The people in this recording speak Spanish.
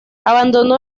abandonó